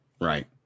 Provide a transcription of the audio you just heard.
Right